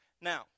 Now